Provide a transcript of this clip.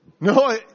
No